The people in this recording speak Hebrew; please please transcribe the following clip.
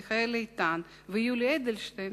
מיכאל איתן ויולי אדלשטיין,